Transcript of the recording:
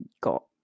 got